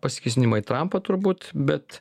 pasikėsinimą į trampą turbūt bet